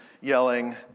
yelling